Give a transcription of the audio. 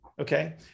Okay